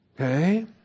Okay